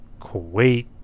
Kuwait